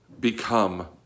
become